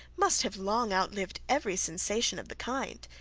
must have long outlived every sensation of the kind.